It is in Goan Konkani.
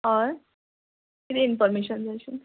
हय कितें इन्फॉमेर्शन जाय आशिल्ली